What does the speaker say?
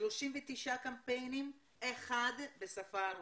39 קמפיינים, אחד בשפה הרוסית.